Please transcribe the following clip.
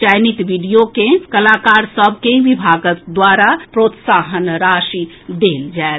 चयनित वीडियो के कलाकार सभ के विभाग द्वारा प्रोत्साहन राशि देल जाएत